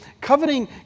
coveting